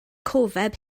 cofeb